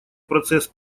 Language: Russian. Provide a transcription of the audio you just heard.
процесс